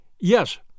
Yes